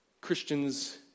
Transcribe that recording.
Christians